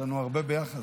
להלן תוצאות ההצבעה: